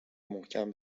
محکم